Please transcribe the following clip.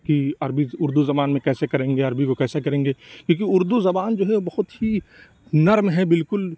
کہ عربی اُردو زبان میں کیسے کریں گے عربی کو کیسے کریں گے کیوں کہ اُردو زبان جو ہے وہ بہت ہی نرم ہے بالکل